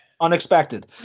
unexpected